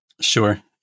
Sure